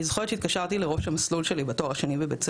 אני זוכרת שהתקשרתי לראש המסלול שלי ב- ׳בצלאל׳,